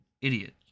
idiot